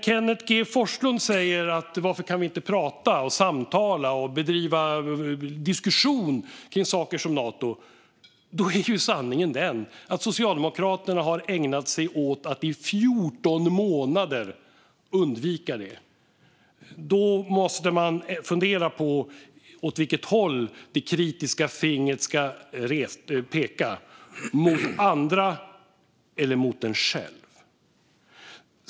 Kenneth G Forslund säger: Varför kan vi inte prata, samtala och bedriva diskussion kring saker som Nato? Sanningen är ju den att Socialdemokraterna i 14 månader har ägnat sig åt att undvika det. Då måste man fundera på åt vilket håll det kritiska fingret ska peka - mot andra eller mot en själv.